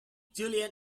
julian